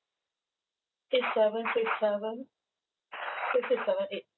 six seven six seven s~ six six seven eight